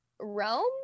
realm